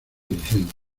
diciendo